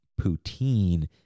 poutine